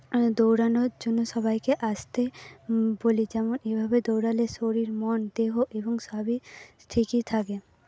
আমি দৌড়ানোর জন্য সবাইকে আসতে বলি যেমন এভাবে দৌড়ালে শরীর মন দেহ এবং সবই ঠিকই থাকে